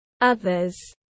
others